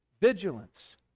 vigilance